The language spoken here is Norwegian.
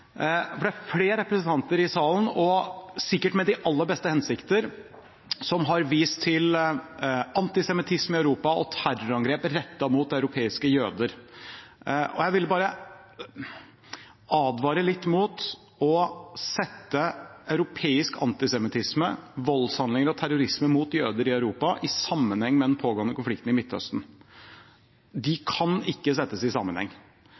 ting. Det er flere representanter i salen som sikkert med de aller beste hensikter har vist til antisemittisme i Europa og terrorangrep rettet mot europeiske jøder. Jeg vil bare advare litt mot å sette europeisk antisemittisme, voldshandlinger og terrorisme mot jøder i Europa i sammenheng med den pågående konflikten i Midtøsten. Det kan ikke settes i sammenheng.